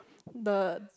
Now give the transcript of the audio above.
the